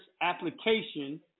application